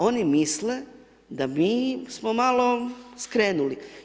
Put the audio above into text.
Oni misle da mi smo malo skrenuli.